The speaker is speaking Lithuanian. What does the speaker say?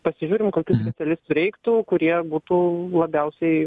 pasižiūrim kokių specialistų reiktų kurie būtų labiausiai